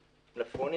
מלפפונים,